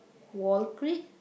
wall creed